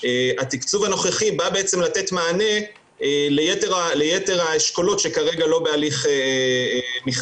התקצוב הנוכחי בא בעצם לתת מענה ליתר האשכולות שכרגע לא בהליך מכרזי.